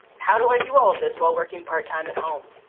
how do i do all of this while working part time at home?